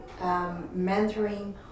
mentoring